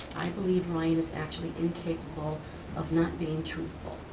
i believe ryan is actually incapable of not being truthful.